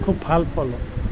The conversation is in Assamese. খুব ভাল ফল